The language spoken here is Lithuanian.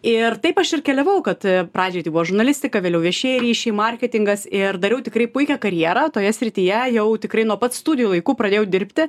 ir taip aš ir keliavau kad pradžioj tai buvo žurnalistika vėliau viešieji ryšiai marketingas ir dariau tikrai puikią karjerą toje srityje jau tikrai nuo pat studijų laikų pradėjau dirbti